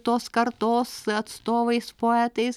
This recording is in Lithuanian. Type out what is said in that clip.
tos kartos atstovais poetais